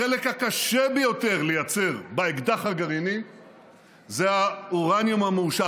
החלק הקשה ביותר לייצור באקדח הגרעיני זה האורניום המועשר,